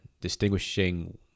distinguishing